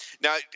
now